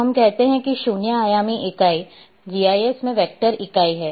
तो हम कहते हैं कि शून्य आयामी इकाई जीआईएस में वेक्टर इकाई हैं